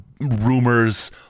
rumors